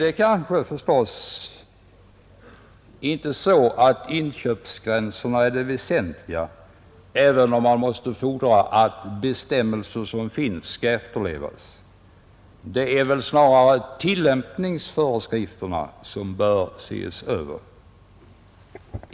Nu kan det förstås vara så att inköpsgränserna inte är det väsentliga, även om man måste fordra att regler som finns skall efterlevas. Det är väl snarare tillämpningsföreskrifterna som bör ses över.